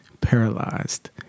paralyzed